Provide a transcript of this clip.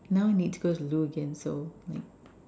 now need to go to the loo again so like